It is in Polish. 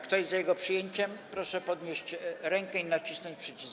Kto jest za jego przyjęciem, proszę podnieść rękę i nacisnąć przycisk.